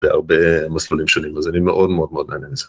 בהרבה מסלולים שונים, אז אני מאוד מאוד מאוד נהנה מזה.